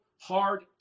hard